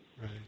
Right